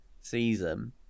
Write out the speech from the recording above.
season